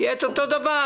יהיה אותו דבר,